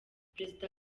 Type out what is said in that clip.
perezida